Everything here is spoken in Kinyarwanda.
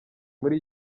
muri